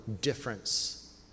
difference